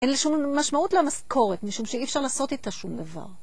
אין לי שום משמעות למזכורת, משום שאי אפשר לעשות איתה שום דבר.